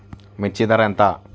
మిర్చి ధర ఎంత?